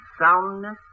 soundness